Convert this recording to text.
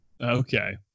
Okay